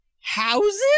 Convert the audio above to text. houses